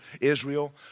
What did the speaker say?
Israel